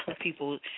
people